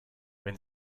wenn